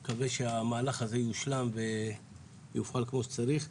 אני מקווה שהמהלך הזה יושלם ויופעל כמו שצריך.